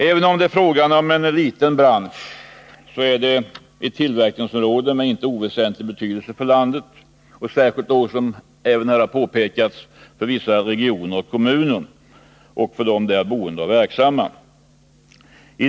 Även om det är fråga om en liten bransch är det ett tillverkningsområde med inte oväsentlig betydelse för landet, särskilt för vissa regioner och kommuner och för de där boende och verksamma, som här har påpekats.